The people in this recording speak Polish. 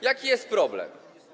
Jaki jest problem?